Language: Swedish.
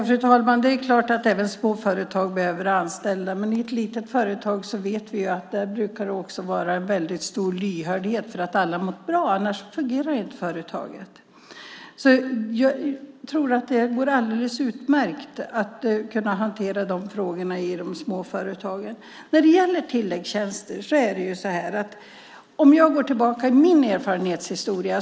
Fru talman! Det är klart att även småföretag behöver anställda. Men i ett litet företag brukar det vara en väldigt stor lyhördhet för att alla ska må bra, annars fungerar inte företaget. Jag tror att det går alldeles utmärkt att hantera de här frågorna i de små företagen. När det gäller tilläggstjänster går jag tillbaka till min egen erfarenhet och historia.